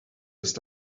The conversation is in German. ist